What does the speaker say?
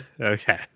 Okay